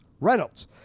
Reynolds